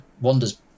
wanders